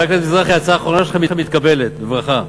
חבר הכנסת מזרחי, ההצעה האחרונה שלך מתקבלת בברכה.